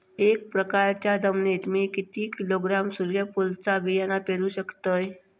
एक एकरच्या जमिनीत मी किती किलोग्रॅम सूर्यफुलचा बियाणा पेरु शकतय?